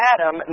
Adam